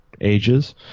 ages